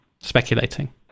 speculating